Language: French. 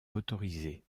autorisés